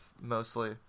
mostly